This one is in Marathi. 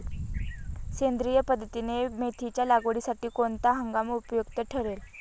सेंद्रिय पद्धतीने मेथीच्या लागवडीसाठी कोणता हंगाम उपयुक्त ठरेल?